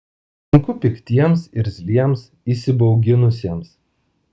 sunku piktiems irzliems įsibauginusiems